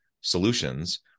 solutions